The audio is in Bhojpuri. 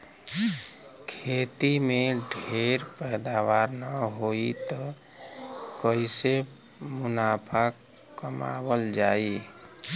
खेती में ढेर पैदावार न होई त कईसे मुनाफा कमावल जाई